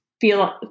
feel